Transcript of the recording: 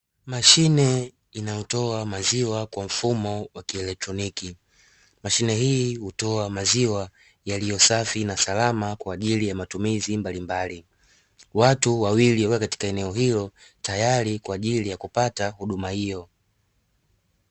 Machine inayotoa maziwa kwa mfumo wa kieletroniki , machine hii hutoa maziwa yaliyo safi na salama kwa ajili ya matumizi mambimbali. Watu wawili wakiwa katika eneo hilo tayari kwaajili ya kupata huduma hiyo.